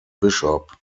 bishop